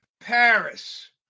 Paris